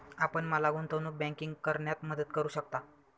आपण मला गुंतवणूक बँकिंग करण्यात मदत करू शकता?